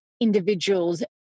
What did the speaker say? individuals